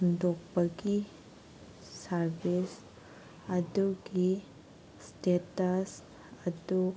ꯍꯨꯟꯗꯣꯛꯄꯒꯤ ꯁꯥꯔꯕꯤꯁ ꯑꯗꯨꯒꯤ ꯏꯁꯇꯦꯇꯁ ꯑꯗꯨ